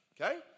Okay